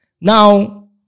Now